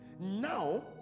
now